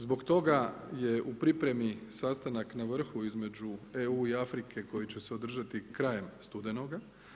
Zbog toga je u pripremi sastanak na vrhu između EU i Afrike koji će se održati krajem studenoga.